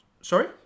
Sorry